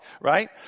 right